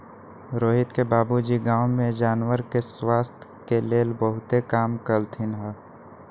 रोहित के बाबूजी गांव में जानवर के स्वास्थ के लेल बहुतेक काम कलथिन ह